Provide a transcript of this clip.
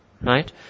Right